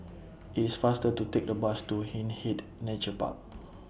IT IS faster to Take The Bus to Hindhede Nature Park